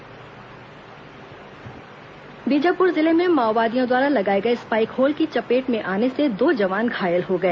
जवान घायल बीजापुर जिले में माओवादियों द्वारा लगाए गए स्पाइक होल की चपेट में आने से दो जवान घायल हो गए